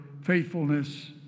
faithfulness